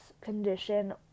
condition